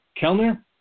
Kellner